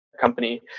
company